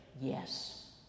yes